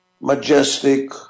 majestic